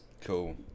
Cool